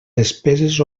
despeses